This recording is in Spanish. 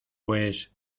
pues